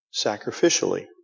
sacrificially